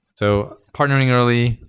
so, partnering early,